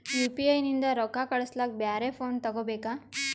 UPI ನಿಂದ ರೊಕ್ಕ ಕಳಸ್ಲಕ ಬ್ಯಾರೆ ಫೋನ ತೋಗೊಬೇಕ?